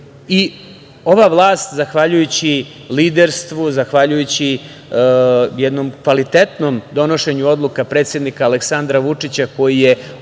vlast zahvaljujući liderstvu, zahvaljujući jednom kvalitetnom donošenju odluka predsednika Aleksandra Vučića, koji je umeo